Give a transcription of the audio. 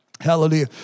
Hallelujah